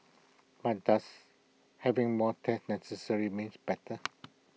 but does having more tests necessarily means better